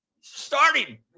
starting